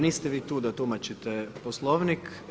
Niste vi tu da tumačite Poslovnik.